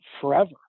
forever